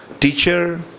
teacher